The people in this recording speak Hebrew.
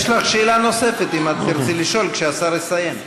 יש לך שאלה נוספת, אם תרצי לשאול כשהשר יסיים.